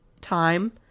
time